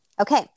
okay